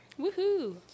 Woohoo